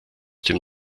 dem